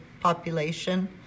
population